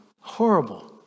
horrible